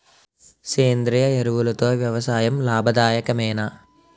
సేంద్రీయ ఎరువులతో వ్యవసాయం లాభదాయకమేనా?